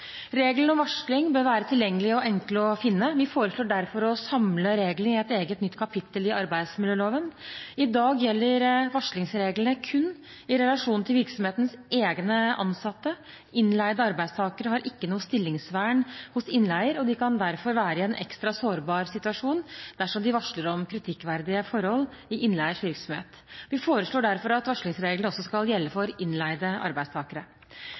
om varsling bør være tilgjengelige og enkle å finne. Vi foreslår derfor å samle reglene i et eget nytt kapittel i arbeidsmiljøloven. I dag gjelder varslingsreglene kun i relasjon til virksomhetens egne ansatte. Innleide arbeidstakere har ikke noe stillingsvern hos innleier, og de kan derfor være i en ekstra sårbar situasjon dersom de varsler om kritikkverdige forhold i innleiers virksomhet. Vi foreslår derfor at varslingsreglene også skal gjelde for innleide arbeidstakere.